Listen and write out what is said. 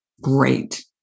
great